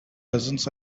lessons